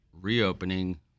reopening